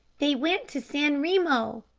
they went to san remo.